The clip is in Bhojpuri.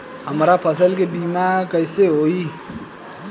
हमरा फसल के बीमा कैसे होई?